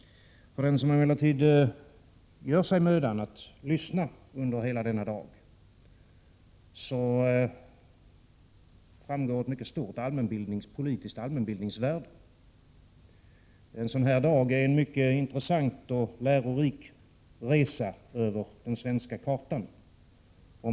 För den som emellertid gör sig mödan att lyssna under hela denna debatt har emellertid vad som sägs ett mycket stort politiskt allmänbildningsvärde. En sådan här dag är som en mycket intressant och lärorik resa över den svenska kartan.